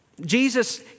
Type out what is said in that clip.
Jesus